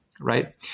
right